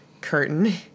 curtain